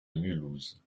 mulhouse